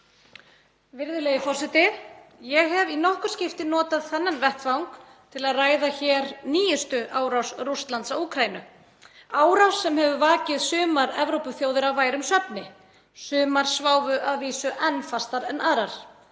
Virðulegi forseti. Ég hef í nokkur skipti notað þennan vettvang til að ræða hér nýjustu árás Rússlands á Úkraínu, árás sem hefur vakið sumar Evrópuþjóðir af værum svefni. Sumar sváfu að vísu enn fastar en aðrar.